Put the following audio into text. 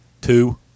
Two